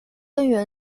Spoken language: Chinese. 贞元